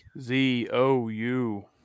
Z-O-U